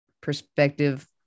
perspective